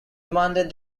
demanded